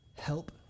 help